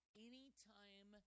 Anytime